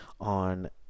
on